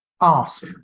ask